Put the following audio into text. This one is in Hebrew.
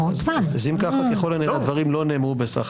אם כך, אז ככל הנראה הדברים לא נאמרו בהיסח הדעת.